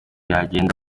yagenda